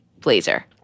blazer